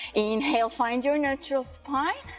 inhale, find your neutral spine,